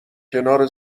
کنار